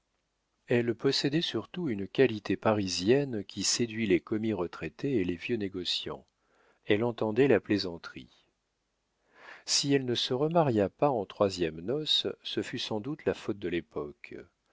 elle possédait surtout une qualité parisienne qui séduit les commis retraités et les vieux négociants elle entendait la plaisanterie si elle ne se remaria pas en troisièmes noces ce fut sans doute la faute de l'époque